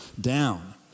down